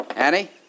Annie